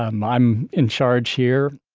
um i'm in charge here.